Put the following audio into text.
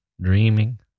dreaming